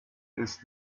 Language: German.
ist